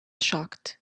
shocked